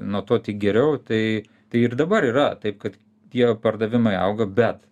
nuo to tik geriau tai tai ir dabar yra taip kad tie pardavimai auga bet